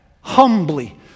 humbly